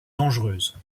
dangereuse